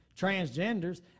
transgenders